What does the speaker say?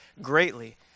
greatly